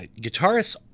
guitarists